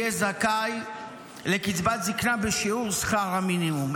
יהיה זכאי לקצבת זקנה בשיעור שכר המינימום.